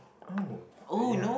oh uh ya